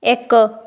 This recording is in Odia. ଏକ